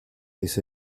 his